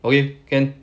okay can